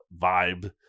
vibe